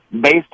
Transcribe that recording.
based